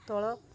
ତଳ